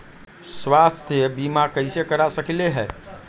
स्वाथ्य बीमा कैसे करा सकीले है?